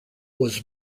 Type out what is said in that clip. was